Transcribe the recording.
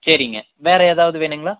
சரிங்க வேறு ஏதாவது வேணுங்களா